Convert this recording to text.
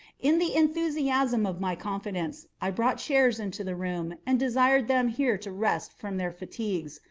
in the enthusiasm of my confidence, i brought chairs into the room, and desired them here to rest from their fatigues,